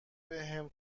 بهم